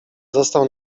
został